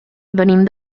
venim